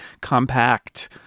compact